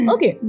Okay